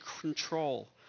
control